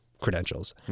credentials